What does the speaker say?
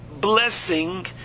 blessing